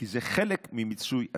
כי זה חלק ממיצוי הזכויות.